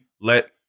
let